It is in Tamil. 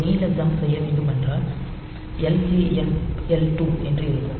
ஒரு நீள ஜம்ப் செய்ய வேண்டுமானால் ljmp எல் 2 என்று இருக்கும்